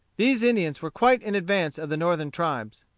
these indians were quite in advance of the northern tribes.